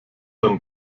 dann